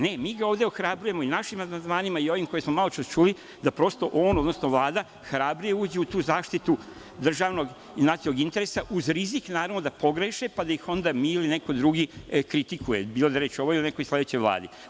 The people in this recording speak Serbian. Ne, mi ga ovde ohrabrujemo i našim amandmanima i ovim, koje smo maločas čuli, da prosto on, odnosno Vlada hrabrije uđe u tu zaštitu državnog i nacionalnog interesa uz rizik, naravno, da pogreše, pa da ih onda mi ili neko drugi kritikuje, bilo da je reč o ovoj ili nekoj sledećoj Vladi.